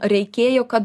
reikėjo kad